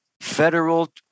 federal